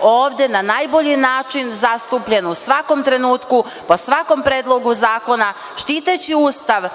ovde na najbolji način zastupljen u svakom trenutku, po svakom predlogu zakona, štiteći Ustav